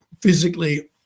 physically